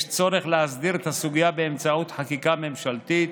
יש צורך להסדיר את הסוגיה באמצעות חקיקה ממשלתית